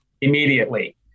immediately